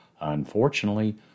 Unfortunately